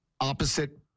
opposite